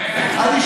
אתה שואל?